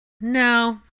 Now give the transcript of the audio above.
No